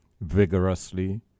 vigorously